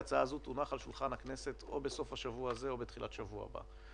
ההצעה הזאת תונח על שולחן הכנסת בסוף השבוע הזה או בתחילת השבוע הבא,